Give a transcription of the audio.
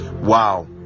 Wow